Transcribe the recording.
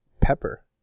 pepper